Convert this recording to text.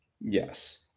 Yes